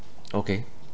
okay